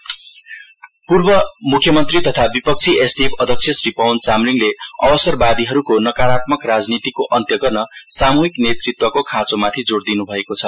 SDF पूर्व मुख्यमन्त्री तथा विपक्षी एसडीएफ पार्टी अध्यक्ष श्री पवन चामलिङले अवसरवादीहरूको नकारात्मक राजनीतिको अन्त्य गर्न सामूहिक नेतृत्वको खाँचोमाथि जोड़ दिनुभएको छ